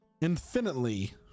infinitely